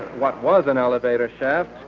what was an elevator shaft.